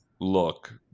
look